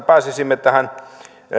pääsisimme tähän